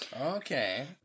Okay